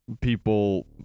people